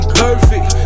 perfect